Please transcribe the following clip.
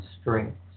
strengths